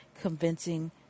convincing